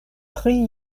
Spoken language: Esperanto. tri